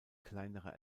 kleinere